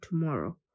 tomorrow